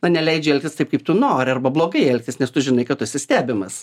na neleidžia elgtis taip kaip tu nori arba blogai elgtis nes tu žinai kad tu esi stebimas